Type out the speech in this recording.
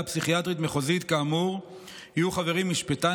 פסיכיאטרית מחוזית כאמור יהיו חברים משפטן,